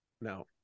No